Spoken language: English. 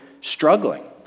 struggling